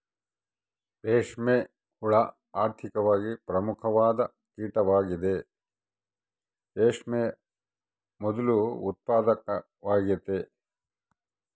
ರೇಷ್ಮೆ ಹುಳ ಆರ್ಥಿಕವಾಗಿ ಪ್ರಮುಖವಾದ ಕೀಟವಾಗೆತೆ, ರೇಷ್ಮೆಯ ಮೊದ್ಲು ಉತ್ಪಾದಕವಾಗೆತೆ